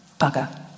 bugger